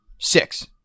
Six